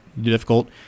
difficult